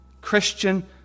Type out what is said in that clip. Christian